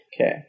Okay